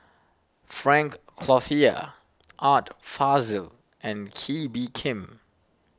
Frank Cloutier Art Fazil and Kee Bee Khim